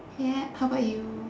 yeah how about you